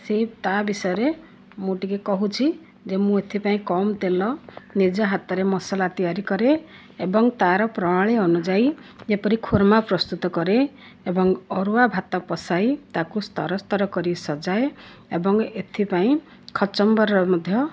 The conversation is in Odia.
ସେହି ତା ବିଷୟରେ ମୁଁ ଟିକେ କହୁଛି ଯେ ମୁଁ ଏଥିପାଇଁ କମ ତେଲ ନିଜ ହାତରେ ମସଲା ତିଆରି କରେ ଏବଂ ତା'ର ପ୍ରଣାଳୀ ଅନୁଯାଇ ଯେପରି ଖୁରମା ପ୍ରସ୍ତୁତ କରେ ଏବଂ ଅରୁଆ ଭାତ ବସାଇ ତାକୁ ସ୍ତର ସ୍ତର କରି ସଜାଏ ଏବଂ ଏଥିପାଇଁ ଖଚୁମ୍ବରର ମଧ୍ୟ